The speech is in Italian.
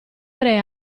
tre